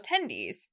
attendees